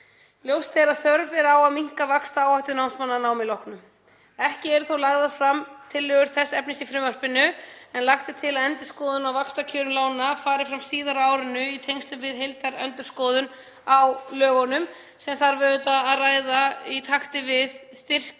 Ljóst er að þörf er á að minnka vaxtaáhættu námsmanna að námi loknu. Ekki eru þó lagðar fram tillögur þess efnis í frumvarpinu en lagt er til að endurskoðun á vaxtakjörum lána fari fram síðar á árinu í tengslum við heildarendurskoðun á lögunum sem þarf auðvitað að ræða í takti við styrki